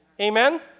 amen